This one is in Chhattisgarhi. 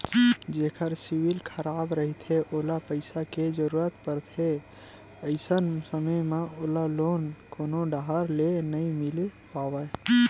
जेखर सिविल खराब रहिथे ओला पइसा के जरूरत परथे, अइसन समे म ओला लोन कोनो डाहर ले नइ मिले पावय